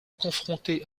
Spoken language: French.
confronté